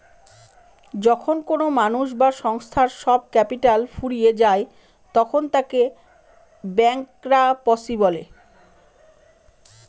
যখন কোনো মানুষ বা সংস্থার সব ক্যাপিটাল ফুরিয়ে যায় তখন তাকে ব্যাংকরাপসি বলে